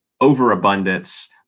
overabundance